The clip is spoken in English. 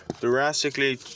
drastically